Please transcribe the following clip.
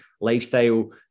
lifestyle